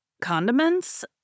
condiments